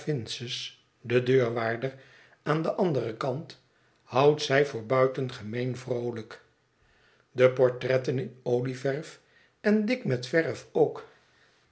den deurwaarder aan den anderen kant houdt zij voor buitengemeen vroolijk de portretten in olieverf en dik met verf ook